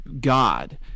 God